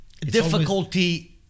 difficulty